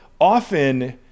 often